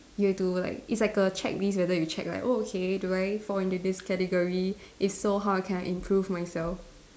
you have to like it's like a checklist whether you check like oh okay do I fall into this category if so how I can improve myself